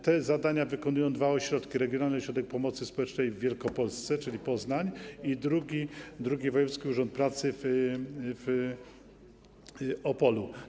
Te zadania wykonują dwa ośrodki: pierwszy to regionalny ośrodek pomocy społecznej w Wielkopolsce, czyli Poznań, i drugi - Wojewódzki Urząd Pracy w Opolu.